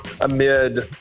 amid